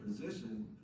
position